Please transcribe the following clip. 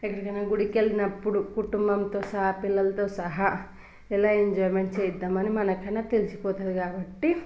ఎక్కడికైనా గుడికెళ్ళినప్పుడు కుటుంబంతో సహా పిల్లలతో సహా ఎలా ఎంజాయ్మెంట్ చేద్దామని మనకన్నా తెలిసిపోతుంది కాబట్టి